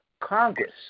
Congress